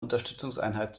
unterstützungseinheit